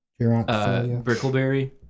Brickleberry